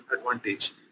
advantage